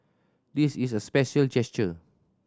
this is a special gesture